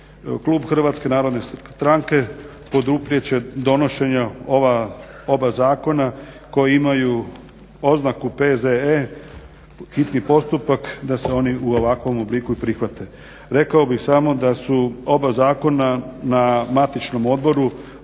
Klub HNS-a poduprijet će donošenja ova oba zakona koji imaju oznaku PZE hitni postupak da se oni i u ovakvom obliku prihvate. Rekao bih samo da su oba zakona na matičnom odboru